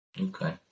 Okay